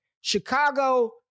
Chicago